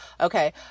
Okay